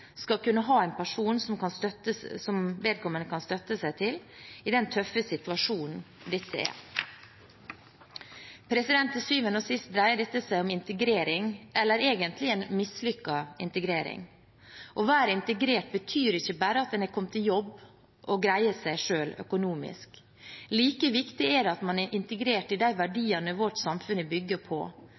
skal kunne ha en person som vedkommende kan støtte seg til i den tøffe situasjonen dette er. Til syvende og sist dreier dette seg om integrering, eller egentlig om en mislykket integrering. Å være integrert betyr ikke bare at en har kommet i jobb og greier seg selv økonomisk. Like viktig er det at man er integrert i de verdiene vårt samfunn bygger på,